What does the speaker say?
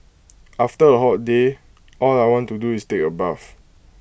after A hot day all I want to do is take A bath